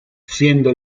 siendo